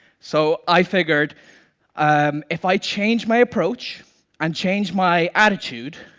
so i figured um if i change my approach and change my attitude,